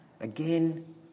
again